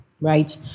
right